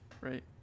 right